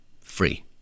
free